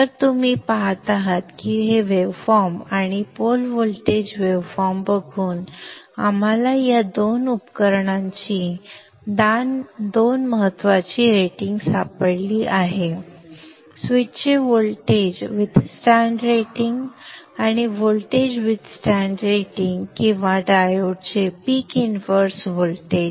तर तुम्ही पाहत आहात की हे वेव्हफॉर्म आणि पोल व्होल्टेज वेव्हफॉर्म बघून आम्हाला या दोन उपकरणांची दोन महत्त्वाची रेटिंग सापडली आहेत स्विचचे व्होल्टेज विथस्टेंड रेटिंग आणि व्होल्टेज विथस्टेंड रेटिंग किंवा डायोडचे पीक इनव्हर्स व्होल्टेज